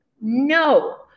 No